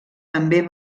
també